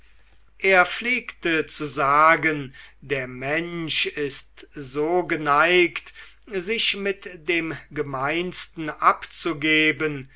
er pflegte zu sagen der mensch ist so geneigt sich mit dem gemeinsten abzugeben